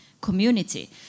community